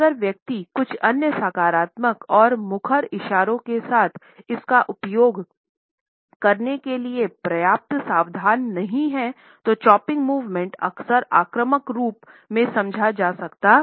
अगर हम palm down अक्सर आक्रामक रूप में समझा जा सकता है